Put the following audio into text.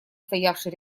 стоявший